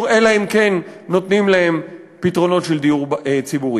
אלא אם כן נותנים להם פתרונות של דיור ציבורי.